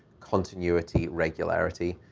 continuity, regularity,